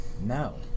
No